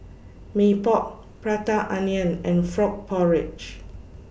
Mee Pok Prata Onion and Frog Porridge